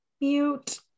mute